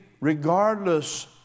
regardless